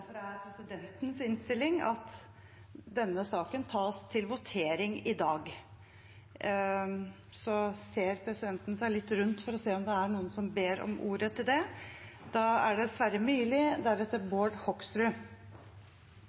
er presidentens innstilling at denne saken tas til votering i dag. Ber noen om ordet til det? – Da er det først Sverre Myrli. Om